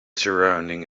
surrounding